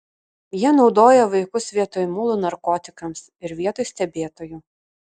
jie naudoja vaikus vietoj mulų narkotikams ir vietoj stebėtojų